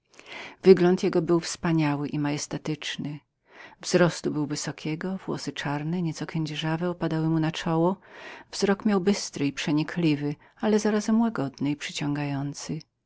wyraz twarzy był wspaniały i rozkazujący wzrostu był wyniosłego włosy czarne nieco kędzierzawe spadały mu na czoło wzrok miał bystry i przenikliwy ale zarazem łagodny i przyciągający